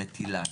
"מתיל"ן",